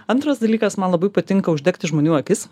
antras dalykas man labai patinka uždegti žmonių akis